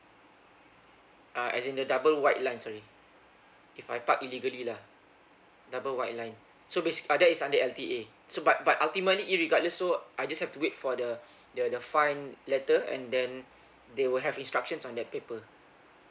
uh as in the double white line sorry if I park illegally lah double white line so basic uh that is under L_T_A so but but ultimately irregardless so I just have to wait for the the the fine letter and then they will have instructions on that paper